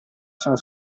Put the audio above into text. sono